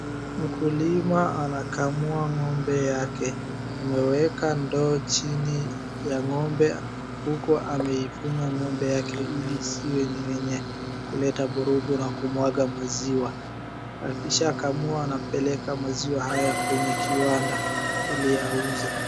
Mkulima anakamua ng'ombe yake. Ameweka ndoo chini ya ng'ombe uku ameifunga ng'ombe yake ili isiwe ni yenye kuleta vurugu na kumwaga maziwa. Akishakamua anapeleka maziwa haya kwenye kiwanda ili auze.